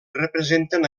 representen